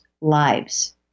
lives